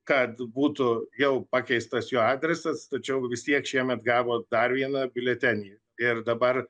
kad būtų jau pakeistas jo adresas tačiau vis tiek šiemet gavo dar vieną biuletenį ir dabar